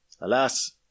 Alas